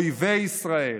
אויבי ישראל,